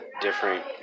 different